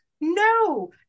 No